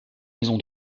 maison